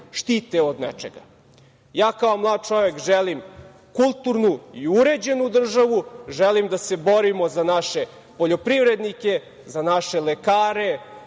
štite od nečega? Kao mlad čovek, želim kulturnu i uređenu državu, želim da se borimo za naše poljoprivrednike, za naše lekare,